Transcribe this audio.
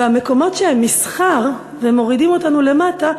והמקומות שהם מסחר והם מורידים אותנו למטה,